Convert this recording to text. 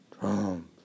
Trump